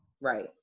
Right